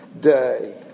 day